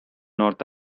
north